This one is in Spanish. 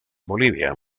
bolivia